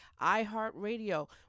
iHeartRadio